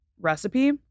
recipe